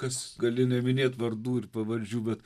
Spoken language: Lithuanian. kas gali neminėt vardų ir pavardžių bet